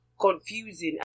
confusing